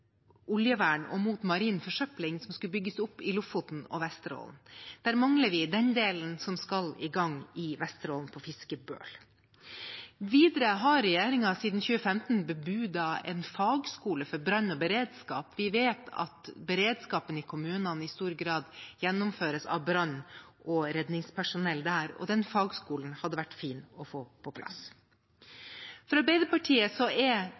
oljevern og mot marin forsøpling som skulle bygges opp i Lofoten og Vesterålen. Der mangler vi den delen som skal i gang i Vesterålen, på Fiskebøl. Videre har regjeringen siden 2015 bebudet en fagskole for brann og beredskap. Vi vet at beredskapen i kommunene i stor grad gjennomføres av brann- og redningspersonell der, og den fagskolen hadde vært fin å få på plass. For Arbeiderpartiet er